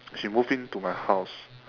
she moved in to my house